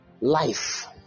life